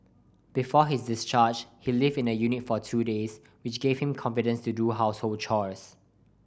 before his discharge he lived in the unit for two days which gave him confidence to do household chores